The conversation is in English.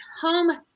Home